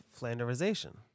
flanderization